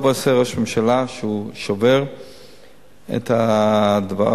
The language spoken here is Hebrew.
טוב עושה ראש הממשלה שהוא שובר את הדבר,